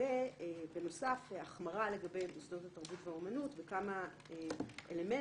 ובנוסף החמרה לגבי מוסדות התרבות והאמנות בכמה אלמנטים,